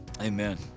Amen